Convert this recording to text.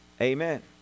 Amen